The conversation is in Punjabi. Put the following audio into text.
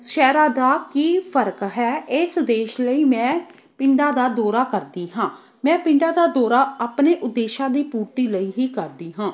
ਸ਼ਹਿਰਾਂ ਦਾ ਕੀ ਫ਼ਰਕ ਹੈ ਇਸ ਉਦੇਸ਼ ਲਈ ਮੈਂ ਪਿੰਡਾਂ ਦਾ ਦੌਰਾ ਕਰਦੀ ਹਾਂ ਮੈਂ ਪਿੰਡਾਂ ਦਾ ਦੌਰਾ ਆਪਣੇ ਉਦੇਸ਼ਾਂ ਦੀ ਪੂਰਤੀ ਲਈ ਹੀ ਕਰਦੀ ਹਾਂ